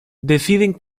deciden